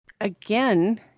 again